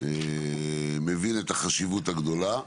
מבין את החשיבות הגדולה.